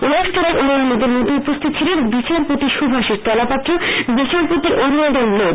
অনুষ্ঠানে অন্যান্যদের মধ্যে উপস্থিত ছিলেন বিচারপতি শুভাশীষ তলাপাত্র বিচারপতি অরিন্দম লোধ